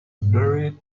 blurry